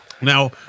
Now